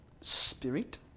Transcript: spirit